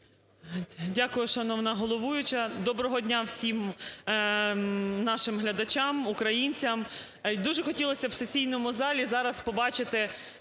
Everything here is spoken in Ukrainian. Дякую, шановна головуюча. Доброго дня, всім нашим глядачам, українцям. Дуже хотілося б в сесійному залі зараз побачити